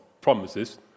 promises